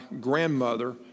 grandmother